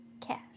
Cash